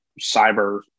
cyber